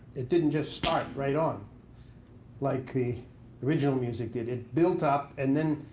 it didn't just start right on like the original music did. it built up. and then,